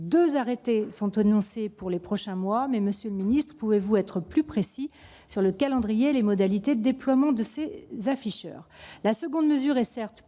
Deux arrêtés sont annoncés pour les prochains mois. Monsieur le secrétaire d'État, pouvez-vous être plus précis sur le calendrier et les modalités de déploiement de ces afficheurs ?